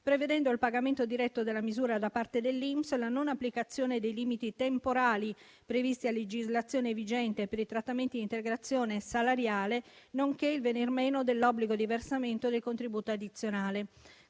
prevedendo il pagamento diretto della misura da parte dell'INPS e la non applicazione dei limiti temporali previsti a legislazione vigente per i trattamenti di integrazione salariale, nonché il venir meno dell'obbligo di versamento del contributo addizionale.